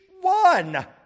one